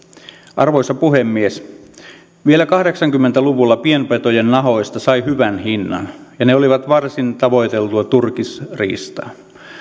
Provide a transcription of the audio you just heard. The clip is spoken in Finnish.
arvoisa puhemies vielä kahdeksankymmentä luvulla pienpetojen nahoista sai hyvän hinnan ja ne olivat varsin tavoiteltua turkisriistaa